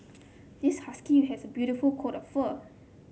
this husky has a beautiful coat of fur